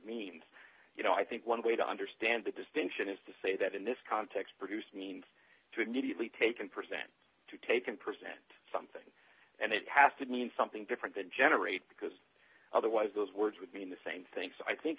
mean you know i think one way to understand the distinction is to say that in this context produce means to mediately taken present to take and present something and it have to mean something different than generate because otherwise those words would mean the same thanks i think